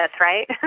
right